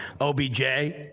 OBJ